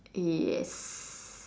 yes